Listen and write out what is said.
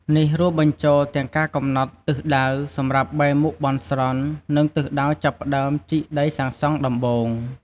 នេះរួមបញ្ចូលទាំងការកំណត់ ទិសដៅ សម្រាប់បែរមុខបន់ស្រន់ និងទិសដៅចាប់ផ្តើមជីកដីសាងសង់ដំបូង។